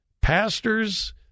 pastors